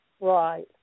Right